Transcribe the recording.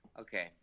Okay